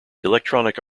electronic